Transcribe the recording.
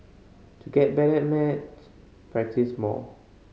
to get better at maths practise more